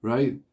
Right